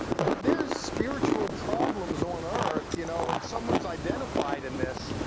but there's spiritual problems on earth, you know, and someone's identified in this,